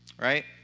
right